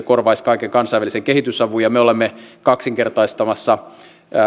korvaisi kaiken kansainvälisen kehitysavun me olemme kaksinkertaistamassa